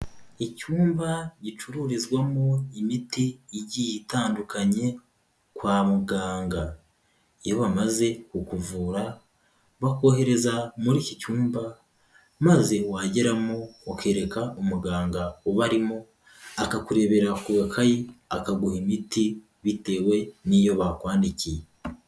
Icyumba gicururizwamo imiti igiye itandukanye, kwa muganga iyo bamaze kukuvura bakohereza muri iki cyumba, maze wageramo ukereka umuganga uba arimo, akakurebera ku gakayi akaguha imiti bitewe n'iyo bakwandikiye.